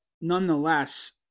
nonetheless